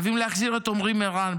חייבים להחזיר את יאיר אורן,